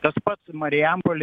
tas pats marijampolė